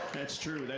that's true.